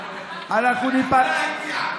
לרדת.